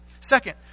Second